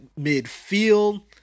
midfield